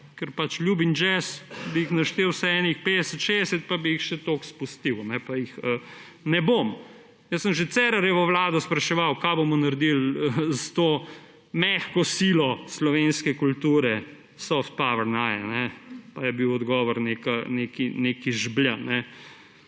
ker pač ljubim džez, bi jih naštel vsaj kakšnih 50, 60, pa bi jih še toliko izpustil. Pa jih ne bom. Jaz sem že Cerarjevo vlado spraševal, kaj bomo naredili s to mehko silo slovenske kulture, soft power, Nye, pa je bil odgovor neki žblj.